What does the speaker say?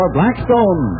Blackstone